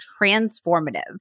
transformative